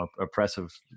oppressive